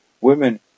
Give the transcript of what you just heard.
women